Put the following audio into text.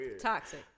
Toxic